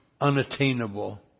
unattainable